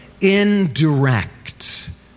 indirect